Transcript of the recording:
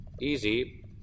Easy